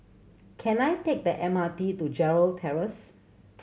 can I take the M R T to Gerald Terrace